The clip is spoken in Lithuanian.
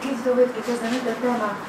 gydytojau visgi tęsdami tą temą